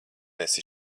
mēs